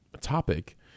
topic